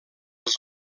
els